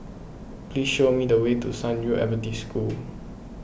please show me the way to San Yu Adventist School